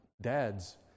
dads